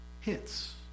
hits